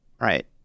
right